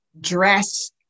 dress